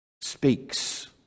speaks